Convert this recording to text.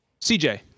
CJ